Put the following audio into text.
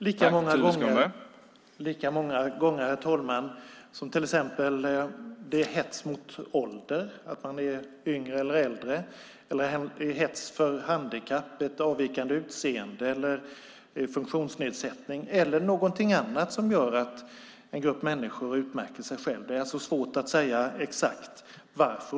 Herr talman! Lika många gånger som till exempel hets mot ålder - att man är yngre eller äldre - hets mot handikapp, ett avvikande utseende, funktionsnedsättning eller något annat som gör att en grupp människor utmärker sig. Det är svårt att säga exakt.